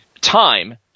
time